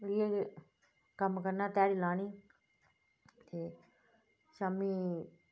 इयै कम्म करना ध्याड़ी लानी ते शामी